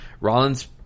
Rollins